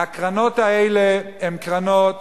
הקרנות האלה הן קרנות